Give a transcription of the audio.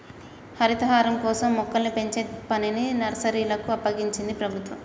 హరితహారం కోసం మొక్కల్ని పెంచే పనిని నర్సరీలకు అప్పగించింది ప్రభుత్వం